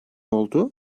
oldu